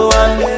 one